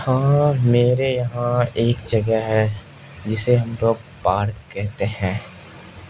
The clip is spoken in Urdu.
ہاں میرے یہاں ایک جگہ ہے جسے ہم لوگ پارک کہتے ہیں